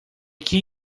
key